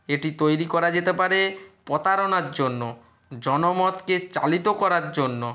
এটি তৈরি করা যেতে পারে প্রতারণার জন্য জনমতকে চালিত করার জন্য